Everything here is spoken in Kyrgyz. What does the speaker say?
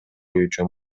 үчүн